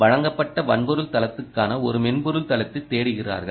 வழங்கப்பட்ட வன்பொருள் தளத்துக்கான ஒரு மென்பொருள் தளத்தை தேடுகிறார்கள்